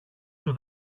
του